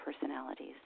personalities